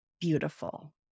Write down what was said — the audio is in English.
beautiful